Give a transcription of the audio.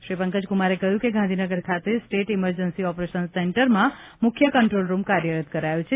શ્રી પંકજ કુમારે કહ્યું કે ગાંધીનગર ખાતે સ્ટેટ ઇમરજન્સી ઓપરેશન સેન્ટરમાં મુખ્ય કંટ્રોલ રૂમ કાર્યરત કરાયો છે